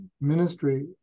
ministry